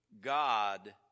God